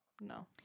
No